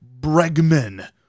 Bregman